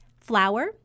flour